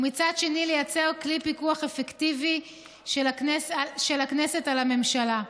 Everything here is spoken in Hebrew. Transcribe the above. ומצד שני לייצר כלי פיקוח אפקטיבי של הכנסת על הממשלה.